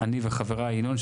אני וחבריי ינון,